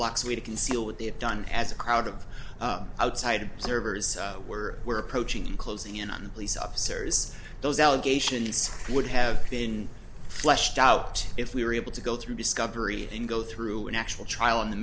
blocks away to conceal what they had done as a crowd of outside observers were were approaching closing in on police officers those allegations would have been fleshed out if we were able to go through discovery and go through an actual trial on the